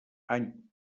any